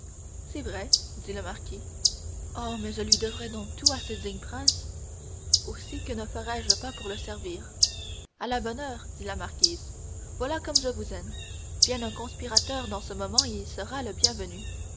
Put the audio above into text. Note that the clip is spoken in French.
c'est vrai dit le marquis oh mais je lui devrai donc tout à ce digne prince aussi que ne ferais-je pas pour le servir à la bonne heure dit la marquise voilà comme je vous aime vienne un conspirateur dans ce moment et il sera le bienvenu